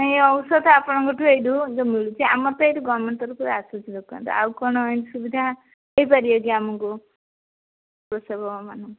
ନାଇଁ ଔଷଧ ଆପଣଙ୍କଠୁ ଏଇଠୁ ଯେଉଁ ମିଳୁଛି ଆମର ତ ଏଠି ଗମେଣ୍ଟ ତରଫରୁ ଆସୁଛି ଦୋକାନରୁ ଆଉ କ'ଣ ଏଇତ ସୁବିଧା ହେଇପାରିବେ କି ଆମକୁ କୃଷକମାନଙ୍କୁ